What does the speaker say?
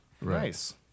Nice